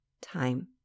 Time